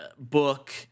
book